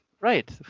Right